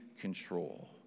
control